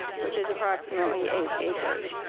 which is approximately eight acres,